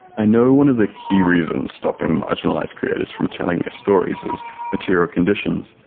i know one of the key reasons stopping marginalized creators from telling their stories is material conditions,